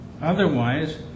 otherwise